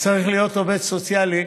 צריך להיות עובד סוציאלי,